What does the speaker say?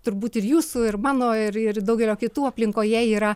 turbūt ir jūsų ir mano ir ir daugelio kitų aplinkoje yra